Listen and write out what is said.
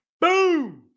Boom